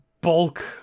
bulk